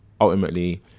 ultimately